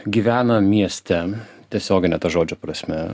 gyvena mieste tiesiogine to žodžio prasme